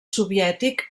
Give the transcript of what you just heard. soviètic